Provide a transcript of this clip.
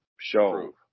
show